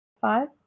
five